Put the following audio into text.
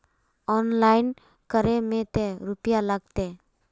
Online करे में ते रुपया लगते?